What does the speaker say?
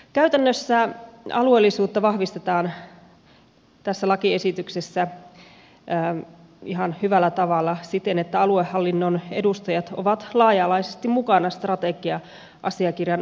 käytännössä alueellisuutta vahvistetaan tässä lakiesityksessä ihan hyvällä tavalla siten että aluehallinnon edustajat ovat laaja alaisesti mukana strategia asiakirjan valmisteluprosessissa